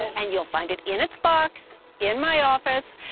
and you'll find it in its box in my office.